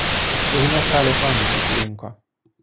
pilna salė fanų prisirinko